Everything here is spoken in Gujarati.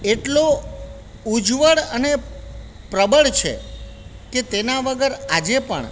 એટલો ઉજ્જવળ અને પ્રબળ છે કે તેના વગર આજે પણ